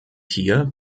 hier